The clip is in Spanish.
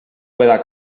pueda